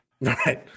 Right